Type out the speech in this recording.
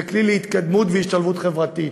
וכלי להתקדמות ולהשתלבות חברתית.